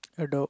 adopt